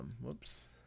whoops